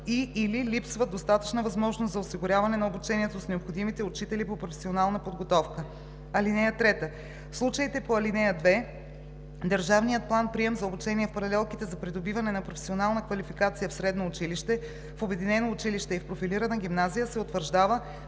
и/или липсва достатъчна възможност за осигуряване на обучението с необходимите учители по професионална подготовка. (3) В случаите по ал. 2 държавният план-прием за обучение в паралелките за придобиване на професионална квалификация в средно училище, в обединено училище и в профилирана гимназия се утвърждава